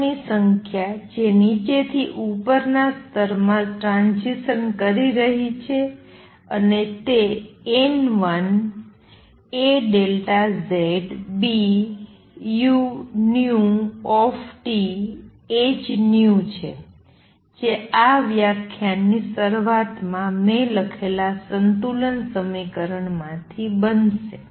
અણુઓની સંખ્યા જે નીચેથી ઉપરના સ્તરમાં ટ્રાંઝીસંસ કરી રહી છે અને તે n1aΔZBuThν છે જે આ વ્યાખ્યાનની શરૂઆતમાં મેં લખેલા સંતુલન સમીકરણમાંથી બનશે